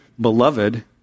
beloved